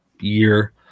year